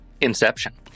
Inception